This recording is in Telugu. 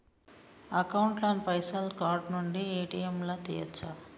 అకౌంట్ ల పైసల్ కార్డ్ నుండి ఏ.టి.ఎమ్ లా తియ్యచ్చా?